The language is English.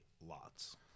lots